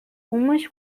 umas